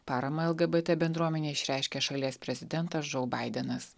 paramą lgbt bendruomenė išreiškė šalies prezidentas džou baidenas